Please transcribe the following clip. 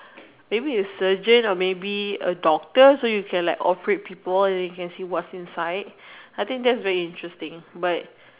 maybe it's a surgeon or maybe a doctor so we can operate people and then can see what's inside I think that's really interesting but